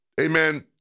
Amen